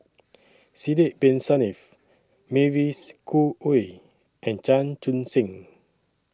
Sidek Bin Saniff Mavis Khoo Oei and Chan Chun Sing